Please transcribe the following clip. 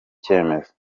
cyemezo